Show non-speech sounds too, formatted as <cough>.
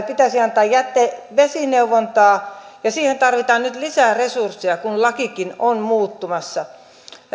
<unintelligible> pitäisi antaa jätevesineuvontaa ja siihen tarvitaan nyt lisää resursseja kun lakikin on muuttumassa